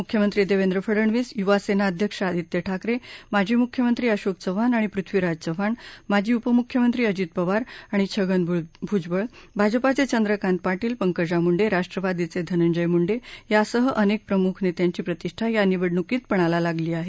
मुख्यमंत्री देवेंद्र फडणवीस युवासेना अध्यक्ष आदित्य ठाकरे माजी मुख्यमंत्री अशोक चव्हाण आणि पृथ्वीराज चव्हाण माजी उपमुख्यमंत्री अजित पवार आणि छगन भुजबळ भाजपाचे चंद्रकांत पाटील पंकजा मुंडे राष्ट्रवादीचे धनंजय मुंडे यांसह अनेक प्रमुख नेत्यांची प्रतिष्ठा या निवडणुकीत पणाला लागली आहे